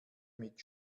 mit